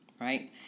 right